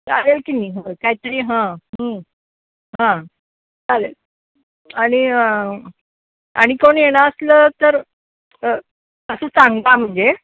चालेल की नाही हो काहीतरी हां हां हां चालेल आणि आणि कोण येणार असलं तर असं सांगा म्हणजे